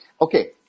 okay